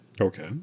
Okay